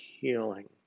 healing